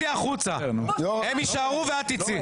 הם יישארו ואת תצאי.